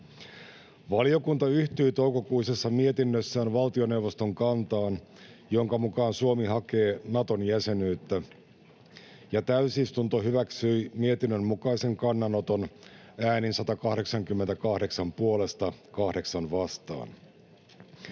Valiokunta yhtyi toukokuisessa mietinnössään valtioneuvoston kantaan, jonka mukaan Suomi hakee Naton jäsenyyttä, ja täysistunto hyväksyi mietinnön mukaisen kannanoton äänin 188 puolesta — 8 vastaan.